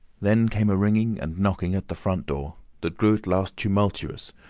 then came a ringing and knocking at the front door, that grew at last tumultuous,